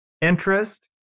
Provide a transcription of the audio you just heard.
interest